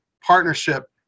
partnership